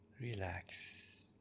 Relax